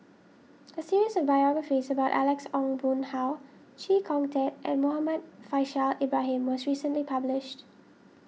a series of biographies about Alex Ong Boon Hau Chee Kong Tet and Muhammad Faishal Ibrahim was recently published